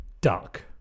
Duck